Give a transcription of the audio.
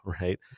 right